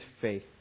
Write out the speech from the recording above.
faith